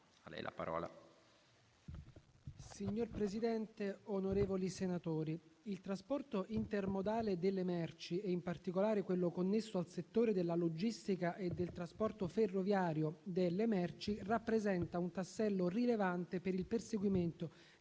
Signor Presidente, onorevoli senatori, il trasporto intermodale delle merci e, in particolare, quello connesso al settore della logistica e del trasporto ferroviario delle merci rappresenta un tassello rilevante per il perseguimento